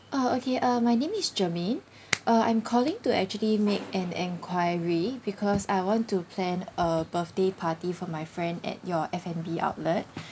uh okay uh my name is jermaine uh I'm calling to actually make an enquiry because I want to plan a birthday party for my friend at your F&B outlet